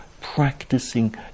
practicing